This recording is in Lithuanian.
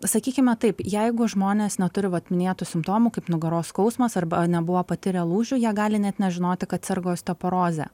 sakykime taip jeigu žmonės neturi vat minėtų simptomų kaip nugaros skausmas arba nebuvo patirę lūžių jie gali net nežinoti kad serga osteoporoze